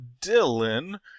Dylan